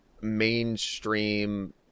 mainstream